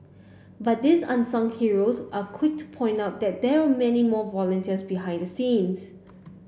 but these unsung heroes were quick to point out that there were many more volunteers behind the scenes